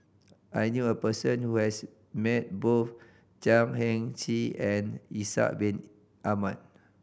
I knew a person who has met both Chan Heng Chee and Ishak Bin Ahmad